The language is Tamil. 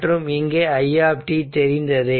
மற்றும் இங்கே i தெரிந்ததே